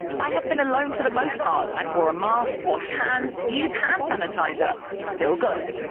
i have been alone for the most part and wore mask, washed hands, used hand sanitizer, still got it!